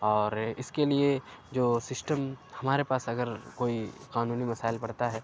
اور اس کے لیے جو سسٹم ہمارے پاس اگر کوئی قانونی مسائل پڑتا ہے